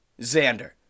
Xander